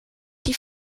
die